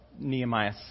Nehemiah